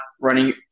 running